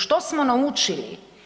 Što smo naučili?